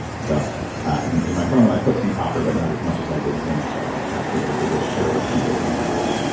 so and in my family i put some copper, but not as much as i did zinc so i could capture the biggest share of people who needed it.